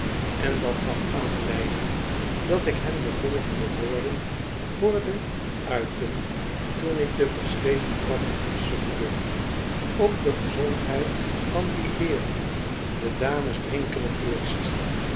en dat gaf aanleiding dat ik hem de volgende woorden hoorde uiten toen ik de versleten trappen afsukkelde jebblem's elth ladies drinks fust op de gezondheid van die heeren de dames drinken t eerst